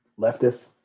Leftist